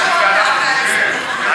כאילו תאשרו אותה אחרי,